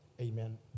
Amen